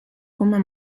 komme